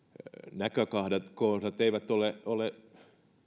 näkökohdat näkökohdat eivät ole ole